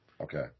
Okay